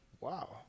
wow